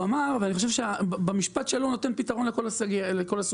ואני חושב שהמשפט הזה נותן פתרון לכל הסוגיה.